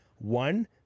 One